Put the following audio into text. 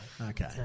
Okay